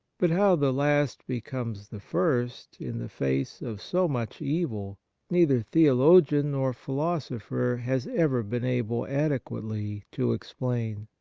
but how the last be comes the first in the face of so much evil neither theologian nor philosopher has ever been able adequately to explain.